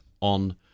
on